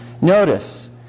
Notice